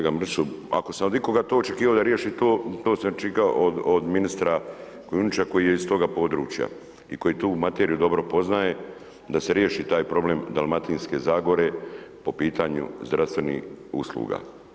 Da kolega Mrsiću, ako sam od ikoga to očekivao da riješi to, to sam očekivao od ministra Kujundžića koji je iz tog područja i koji tu materiju dobro poznaje da se riješi taj problem dalmatinske zagore po pitanju zdravstvenih usluga.